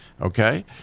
Okay